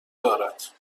دارد